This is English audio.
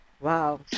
Wow